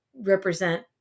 represent